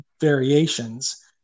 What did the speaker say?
variations